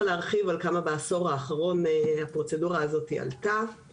להרחיב כמה הפרוצדורה הזאת עלתה בעשור האחרון.